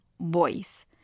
voice